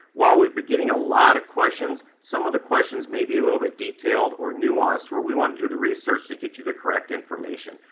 while we've been getting a lot of questions, some of the questions may be a little bit detailed or nuanced where we want to do the research to get you the correct information.